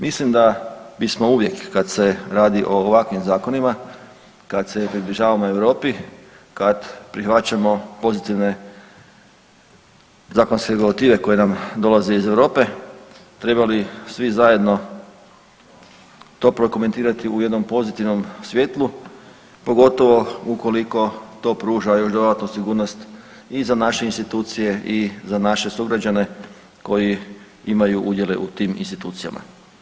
Mislim da bismo uvijek kad se radi o ovakvim zakonima, kako se približavamo Europi, kad prihvaćamo pozitivne zakonske regulative koje nam dolaze iz Europe, trebali svi zajedno to prokomentirati u jednom pozitivnom svjetlu, pogotovo ukoliko to ruža još dodatnu sigurnost i za naše institucije i za naše sugrađane koji imaju udjele u tim institucijama.